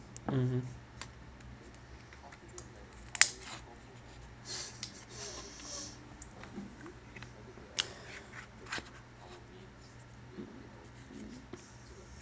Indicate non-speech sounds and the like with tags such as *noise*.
mmhmm *breath*